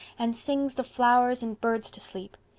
and sings the flowers and birds to sleep.